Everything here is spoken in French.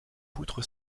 poutre